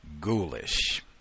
ghoulish